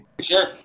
Sure